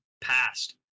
past